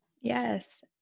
Yes